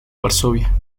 varsovia